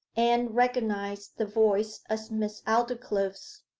anne recognized the voice as miss aldclyffe's.